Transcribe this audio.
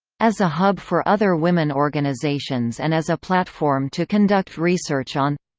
as a hub for other women organizations and as a platform to conduct research on